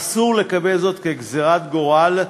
אסור לקבל זאת כגזירת גורל,